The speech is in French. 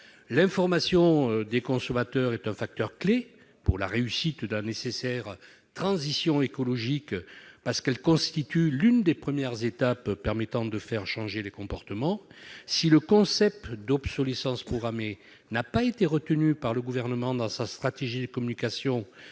L'information des consommateurs est un facteur clé pour la réussite de la nécessaire transition écologique, parce qu'elle constitue l'une des premières étapes d'un changement des comportements. Si le concept d'obsolescence programmée n'a pas été retenu par le Gouvernement dans sa stratégie de communication,